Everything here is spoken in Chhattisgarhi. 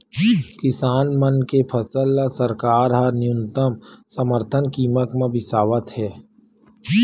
किसान मन के फसल ल सरकार ह न्यूनतम समरथन कीमत म बिसावत हे